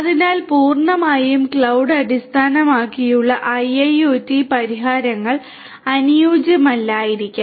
അതിനാൽ പൂർണ്ണമായും ക്ലൌഡ് അടിസ്ഥാനമാക്കിയുള്ള IIoT പരിഹാരങ്ങൾ അനുയോജ്യമല്ലായിരിക്കാം